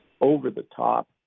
over-the-top